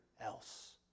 else